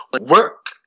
work